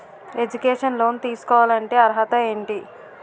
Educational loan తీసుకోవాలంటే అర్హత ఏంటి?